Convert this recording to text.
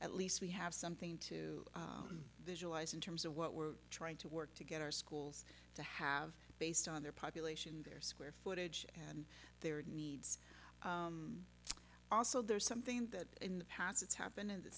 at least we have something to visualise in terms of what we're trying to work to get our schools to have based on their population their square footage and their needs also there's something that in the past that's happened in th